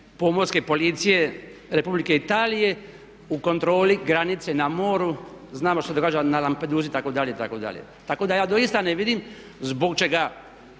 pomorske policije Republike Italije u kontroli granice na moru. Znamo što se događa na Lampedoosi itd., itd. Tako da ja doista ne vidim zbog čega